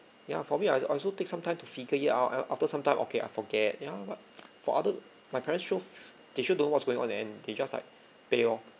ya for me I I also take sometime to figure it out af~ after sometime okay I forget you know what for other my parents sure they sure don't know what's going on and they just like pay lor